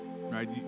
right